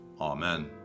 Amen